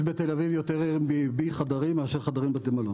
יש בתל אביב יותר Airbnb חדרים מאשר חדרי בתי מלון.